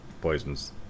poisons